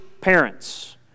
parents